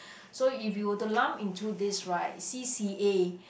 so if you were to lump into this right C_C_A